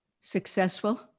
successful